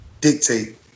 dictate